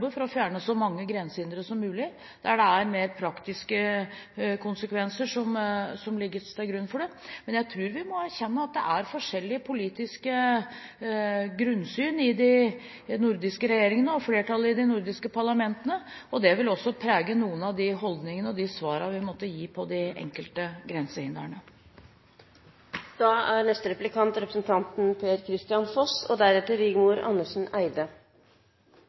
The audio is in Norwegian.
for å fjerne så mange grensehindre som mulig der det er mer praktiske konsekvenser som legges til grunn for det. Jeg tror vi må erkjenne at det er forskjellige politiske grunnsyn i de nordiske regjeringene og hos flertallet i de nordiske parlamentene. Det vil også prege noen av de holdningene og svarene vi måtte gi når det gjelder de enkelte grensehindrene. Jeg er